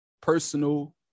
personal